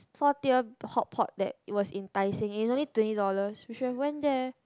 four tier hot pot that it was in Taiseng it's only twenty dollars we should have went there